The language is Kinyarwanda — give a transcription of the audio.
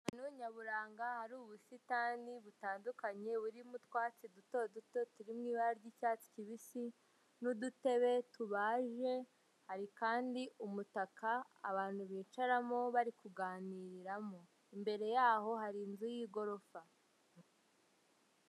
Ahantu nyaburanga hari ubusitani butandukanye burimo utwatsi duto duto turi mu ibara ry'icyatsi kibisi n'udutebe tubaje hari kandi umutaka abantu bicaramo bari kuganiriramo imbere yaho hari inzu y'igorofa.